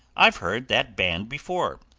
i've heard that band before.